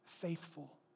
faithful